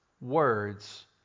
words